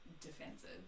defensive